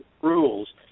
rules